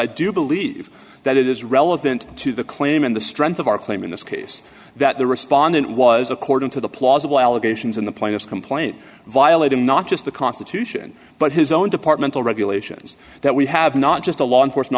i do believe that it is relevant to the claim and the strength of our claim in this case that the respondent was according to the plausible allegations in the plaintiff's complaint violated not just the constitution but his own departmental regulations that we have not just a law enforcement